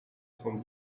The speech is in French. cent